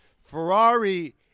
Ferrari